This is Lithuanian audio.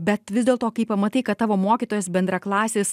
bet vis dėlto kai pamatai kad tavo mokytojas bendraklasis